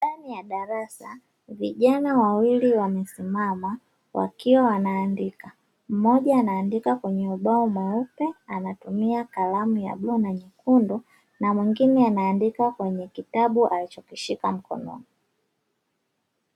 Ndani ya darasa vijana wawili wamesimama wakiwa wanaandika, mmoja anaandika kwenye ubao mweupe. anatumia kalamu ya bluu na nyekundu na mwingine anaandika kwenye kitabu alichokishika mkono.